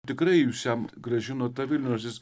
tikrai jūs jam grąžinot tą vilniaus jis